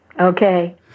Okay